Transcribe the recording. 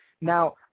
Now